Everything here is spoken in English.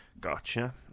gotcha